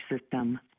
system